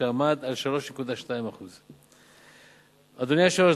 שהיה 3.2%. אדוני היושב-ראש,